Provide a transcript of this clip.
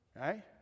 Right